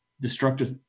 destructive